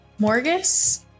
Morgus